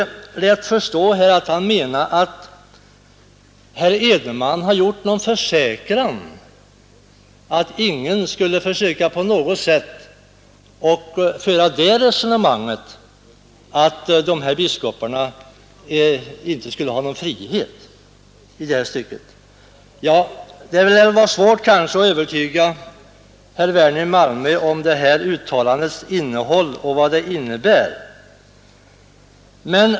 Herr Werner lät förstå att herr Edenman gett en försäkran att ingen skulle komma att förfäkta att biskoparna inte hade sin fulla frihet i detta stycke. Det lär vara svårt att övertyga herr Werner om uttalandets innebörd.